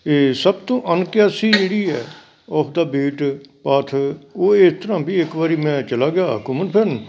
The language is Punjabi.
ਇਹ ਸਭ ਤੋਂ ਅਣਕਿਆਸੀ ਜਿਹੜੀ ਹੈ ਔਫ ਦਾ ਬੀਟ ਪਾਥ ਉਹ ਇਸ ਤਰ੍ਹਾਂ ਵੀ ਇੱਕ ਵਾਰੀ ਮੈਂ ਚਲਾ ਗਿਆ ਘੁੰਮਣ ਫਿਰਨ